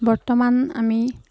বৰ্তমান আমি